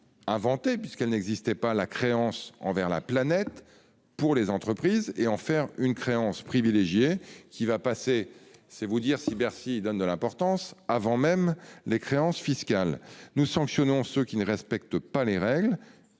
un acte politique fort en créant la créance envers la planète pour les entreprises. Il s'agira d'une créance privilégiée qui va passer- c'est vous dire si Bercy lui donne de l'importance ! -avant même les créances fiscales. Nous sanctionnons ceux qui ne respectent pas les règles,